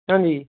ਹਾਂਜੀ